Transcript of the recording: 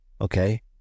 Okay